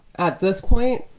at this point,